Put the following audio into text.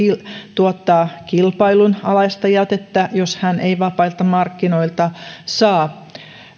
tuottaa kilpailun alaista jätettä ei vapailta markkinoilta saa